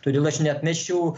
todėl aš neatmesčiau